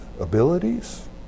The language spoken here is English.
abilities